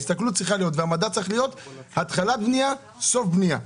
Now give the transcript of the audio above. ההסתכלות והמדד צריכים להיות בהתחלת בנייה ובסוף הבנייה.